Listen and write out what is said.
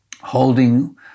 holding